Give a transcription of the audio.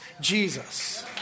Jesus